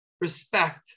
respect